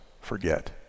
forget